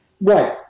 Right